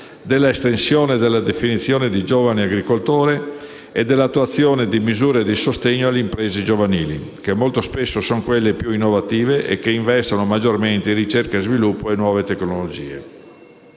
della estensione della definizione di giovane agricoltore e dell'attuazione di misure di sostegno alle imprese giovanili, che molto spesso sono quelle più innovative e investono maggiormente in ricerca e sviluppo e nuove tecnologie.